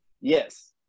Yes